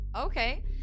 Okay